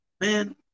Man